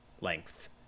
length